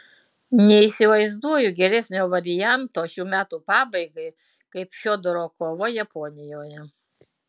neįsivaizduoju geresnio varianto šių metų pabaigai kaip fiodoro kova japonijoje